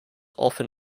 often